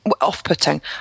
off-putting